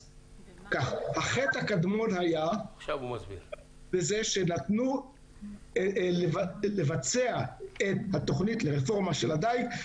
החטא הקדמון היה בזה שנתנו לבצע את התוכנית לרפורמה של הדייג